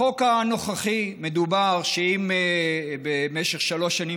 בחוק הנוכחי מדובר בכך שאם במשך שלוש שנים